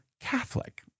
Catholic